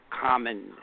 common